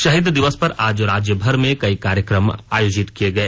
शहीद दिवस पर आज राज्यभर में कई कार्यक्रम आयोजित किये गए